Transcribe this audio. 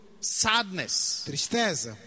sadness